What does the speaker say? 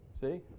See